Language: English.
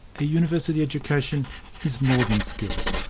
a university education is more than skills,